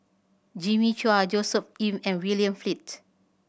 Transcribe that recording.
Jimmy Chua Joshua Ip and William Flint